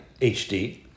HD